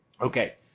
Okay